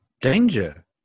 danger